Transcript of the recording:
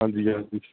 ਹਾਂਜੀ ਹਾਂਜੀ